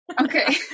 Okay